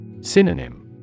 Synonym